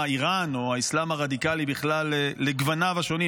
איראן או האסלאם הרדיקלי לגווניו השונים.